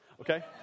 okay